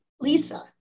Lisa